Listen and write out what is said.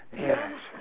yes